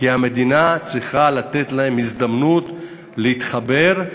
כי המדינה צריכה לתת להם הזדמנות להתחבר,